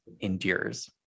endures